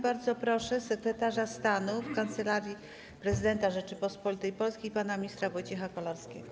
Bardzo proszę sekretarza stanu w Kancelarii Prezydenta Rzeczypospolitej Polskiej pana ministra Wojciecha Kolarskiego.